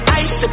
ice